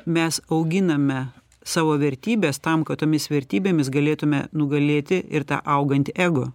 mes auginame savo vertybes tam kad tomis vertybėmis galėtume nugalėti ir tą augantį ego